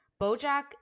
Bojack